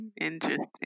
Interesting